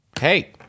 Hey